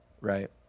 right